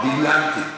דמיינתי.